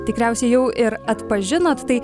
tikriausiai jau ir atpažinot tai